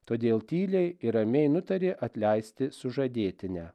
todėl tyliai ir ramiai nutarė atleisti sužadėtinę